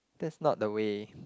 that's not the way